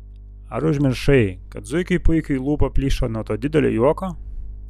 ar užmiršai kad zuikiui puikiui lūpa plyšo nuo to didelio juoko